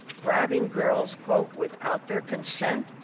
grabbing girls without their consent,